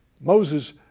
Moses